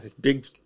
big